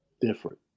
different